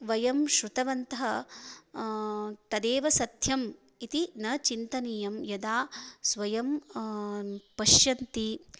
वयं श्रुतवन्तः तदेव सत्यम् इति न चिन्तनीयं यदा स्वयं पश्यन्ति